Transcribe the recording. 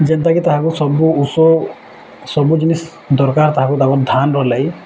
ଯେନ୍ତାକି ତାହାକୁ ସବୁ ଉଷ ସବୁ ଜିନିଷ୍ ଦରକାର ତାହାକୁ ତାକୁ ଧାନ୍ ରହେ